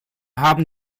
haben